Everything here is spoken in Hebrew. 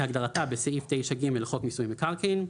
כהגדרתה בסעיף 9(ג) לחוק מיסוי מקרקעין,